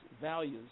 values